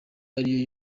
ari